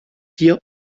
hier